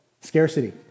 Scarcity